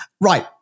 Right